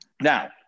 Now